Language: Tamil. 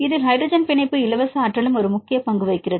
இதில் ஹைட்ரஜன் பிணைப்பு இலவச ஆற்றலும் ஒரு முக்கிய பங்கு வகிக்கிறது